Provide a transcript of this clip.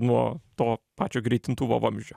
nuo to pačio greitintuvo vamzdžio